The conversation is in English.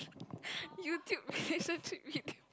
YouTube relationship video